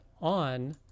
on